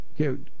okay